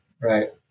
right